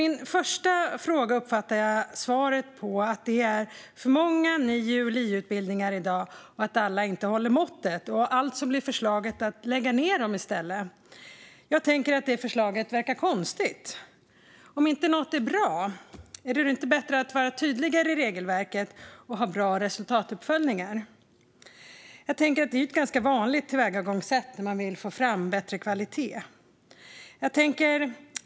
Jag uppfattade att svaret på min första fråga var att det i dag är för många NIU och LIU-utbildningar och att alla inte håller måttet. Alltså blir förslaget att i stället lägga ned dem. Jag tycker att det förslaget verkar konstigt. Om något inte är bra, är det då inte bättre att vara tydligare i regelverket och ha bra resultatuppföljningar? Det är ju ett ganska vanligt tillvägagångssätt när man vill få fram bättre kvalitet.